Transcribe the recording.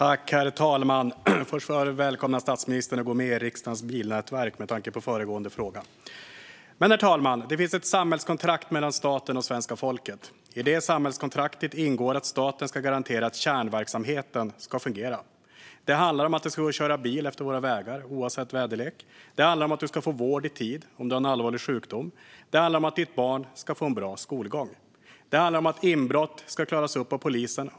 Herr talman! Först vill jag välkomna statsministern att gå med i Riksdagens bilnätverk - med tanke på föregående fråga. Herr talman! Det finns ett samhällskontrakt mellan staten och svenska folket. I det samhällskontraktet ingår att staten ska garantera att kärnverksamheten fungerar. Det handlar om att det ska gå att köra bil efter våra vägar oavsett väderlek. Det handlar om att få vård i tid om du har en allvarlig sjukdom. Det handlar om att ditt barn ska få en bra skolgång. Det handlar om att inbrott ska klaras upp av polisen.